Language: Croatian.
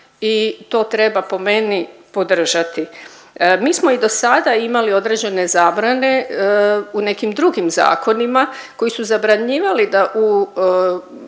i to treba po meni podržati. Mi smo i do sada imali određene zabrane u nekim drugim zakonima koji su zabranjivali da u